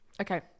Okay